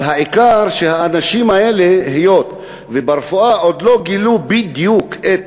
אבל העיקר הוא שהיות שברפואה עוד לא גילו בדיוק את